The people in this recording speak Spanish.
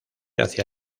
hacia